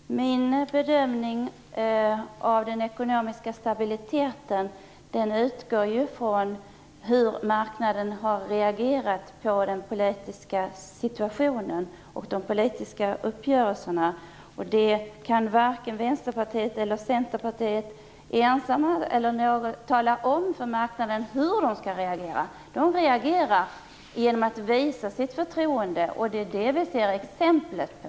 Herr talman! Min bedömning av den ekonomiska stabiliteten utgår från hur marknaden reagerar på den politiska situationen och de politiska uppgörelserna. Varken Vänsterpartiet eller Centerpartiet kan ensamma tala om för marknaden hur den skall reagera. Den reagerar genom att visa sitt förtroende, och det är det vi ser exempel på.